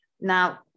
now